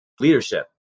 leadership